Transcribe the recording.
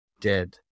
Dead